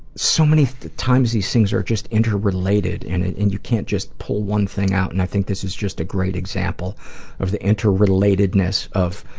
so many times these things are just interrelated, and and and you can't just pull one thing out, and i think this is just a great example of the interrelatedness of